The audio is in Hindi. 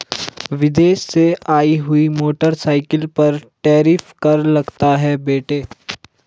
विदेश से आई हुई मोटरसाइकिल पर टैरिफ कर लगता है बेटे